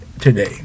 today